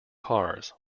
cars